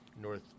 North